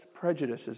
prejudices